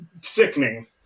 sickening